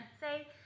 say